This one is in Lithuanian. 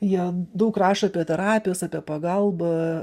jie daug rašo apie terapijas apie pagalbą